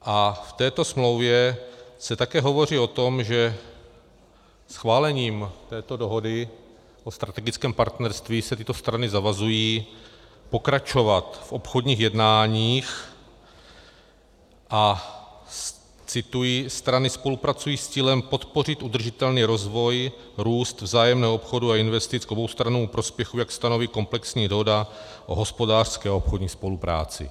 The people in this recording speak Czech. A v této smlouvě se také hovoří o tom, že schválením této dohody o strategickém partnerství se tyto strany zavazují pokračovat v obchodních jednáních a cituji strany spolupracují s cílem podpořit udržitelný rozvoj, růst vzájemného obchodu a investic k oboustrannému prospěchu, jak stanoví komplexní dohoda o hospodářské a obchodní spolupráci.